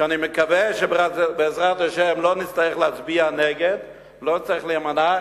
ואני מקווה שבעזרת השם לא נצטרך להצביע נגד ולא נצטרך להימנע,